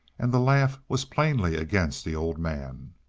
and the laugh was plainly against the old man.